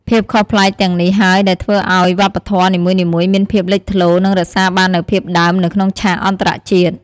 ភាពខុសប្លែកទាំងនេះហើយដែលធ្វើឲ្យវប្បធម៌នីមួយៗមានភាពលេចធ្លោ និងរក្សាបាននូវភាពដើមនៅក្នុងឆាកអន្តរជាតិ។